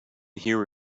here